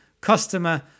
customer